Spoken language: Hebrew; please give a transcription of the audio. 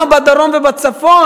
בדרום ובצפון,